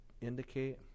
indicate